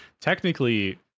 technically